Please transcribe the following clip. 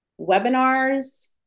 webinars